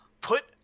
put